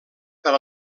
per